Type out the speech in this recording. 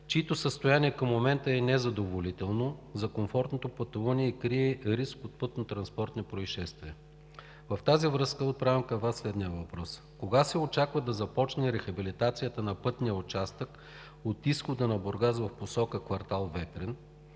чието състояние към момента е незадоволително за комфортното пътуване и крие риск от пътнотранспортни произшествия. В тази връзка отправям към Вас следните въпроси: Кога се очаква да започне рехабилитацията на пътния участък от изхода на Бургас в посока квартал „Ветрен“?